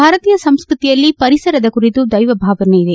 ಭಾರತೀಯ ಸಂಸ್ಕೃತಿಯಲ್ಲಿ ಪರಿಸರದ ಕುರಿತು ದೈವಭಾವನೆ ಇದೆ